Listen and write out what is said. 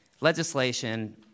legislation